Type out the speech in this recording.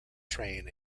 train